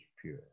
pure